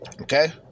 Okay